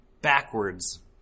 backwards